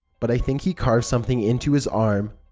but i think he carved something into his arm.